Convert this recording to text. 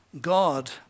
God